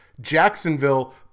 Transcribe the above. Jacksonville